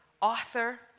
author